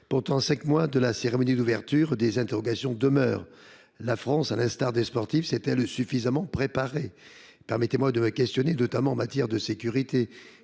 Pourtant, à cinq mois de la cérémonie d’ouverture, des interrogations demeurent. La France, à l’instar des sportifs, s’est elle suffisamment préparée ? Permettez moi de m’interroger, notamment s’agissant de la sécurité.